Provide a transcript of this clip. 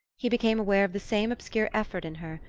he became aware of the same obscure effort in her,